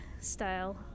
style